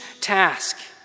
task